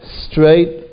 straight